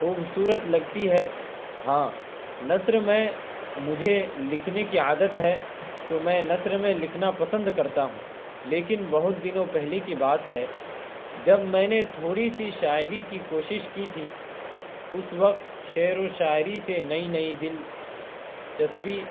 خوبصورت لگتی ہے ہاں نثر میں مجھے لکھنے کی عادت ہے تو میں نثر میں لکھنا پسند کرتا ہوں لیکن بہت دنوں پہلے کی بات ہے جب میں نے تھوڑی سی شاعری کی کوشش کی تھی اس وقت شعر و شاعری سے نئی نئی دلچسپی